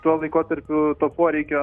tuo laikotarpiu to poreikio